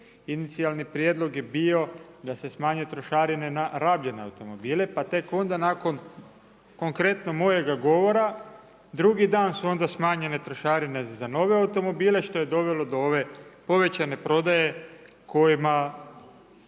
inicijalni prijedlog je bio da se smanje trošarine na rabljene automobile pa tek onda nakon, konkretno mojega govora, drugi dan su onda smanjenje trošarine za nove automobile što je dovelo do ove povećane prodaje kojima